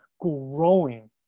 growing